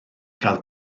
gael